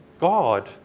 God